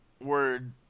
word